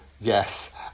Yes